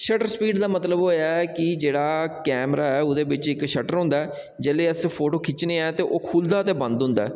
shutter स्पीडं दा मतलब होएआ कि जेह्ड़ा कैमरा ऐ ओह्दे बिच इक शटर होंदा ऐ जेल्लै अस फोटो खिच्चने आं ते ओह् खुह्लदा ते बंद होंदा ऐ